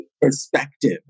perspective